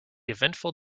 eventful